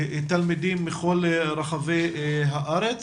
תלמידים מכל רחבי הארץ